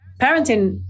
parenting